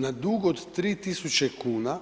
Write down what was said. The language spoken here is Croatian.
Na dug od 3 tisuće kuna,